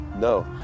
No